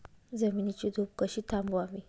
जमिनीची धूप कशी थांबवावी?